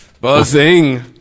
Buzzing